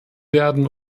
werden